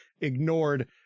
ignored